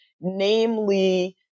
namely